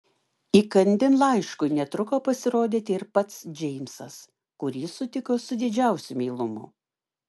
įkandin laiškui netruko pasirodyti ir pats džeimsas kurį sutiko su didžiausiu meilumu